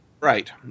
Right